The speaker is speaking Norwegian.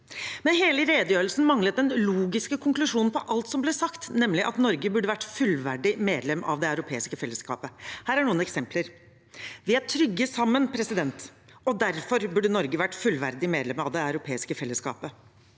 Hele redegjørelsen manglet den logiske konklusjonen på alt som ble sagt, nemlig at Norge burde vært fullverdig medlem av det europeiske fellesskapet. Her er noen eksempler: Vi er trygge sammen, og derfor burde Norge vært fullverdig medlem av det europeiske fellesskapet.